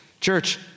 Church